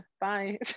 Bye